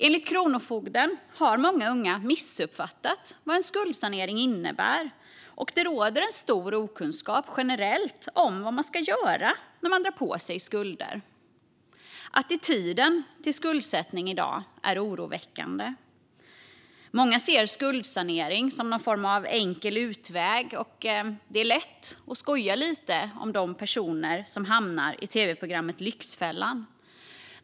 Enligt Kronofogden har många unga missuppfattat vad en skuldsanering innebär, och det råder generellt stor okunskap om vad man ska göra när man drar på sig skulder. Attityden till skuldsättning är i dag oroande. Många ser skuldsanering som någon form av enkel utväg, och det är lätt att skoja lite om de personer som hamnar i tv-programmet Lyxfällan .